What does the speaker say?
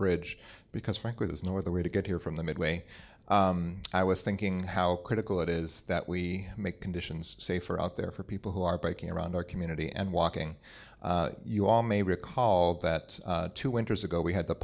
bridge because frankly this nor the way to get here from the midway i was thinking how critical it is that we make conditions safer out there for people who are breaking around our community and walking you all may recall that two winters ago we had the